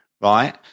right